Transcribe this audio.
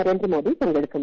നരേന്ദ്രമോദി പങ്കെടുക്കും